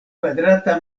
kvadrata